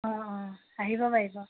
অঁ অঁ আহিব পাৰিব